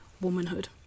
womanhood